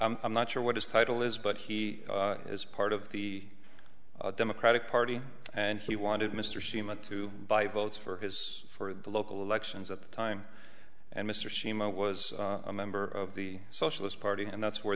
is i'm not sure what his title is but he is part of the democratic party and he wanted mr shima to buy votes for his for the local elections at the time and mr shimon was a member of the socialist party and that's where